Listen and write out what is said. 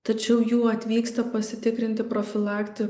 tačiau jų atvyksta pasitikrinti profilakti